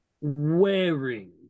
Wearing